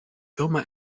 firma